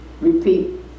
repeat